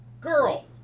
girl